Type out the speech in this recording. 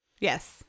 Yes